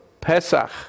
Pesach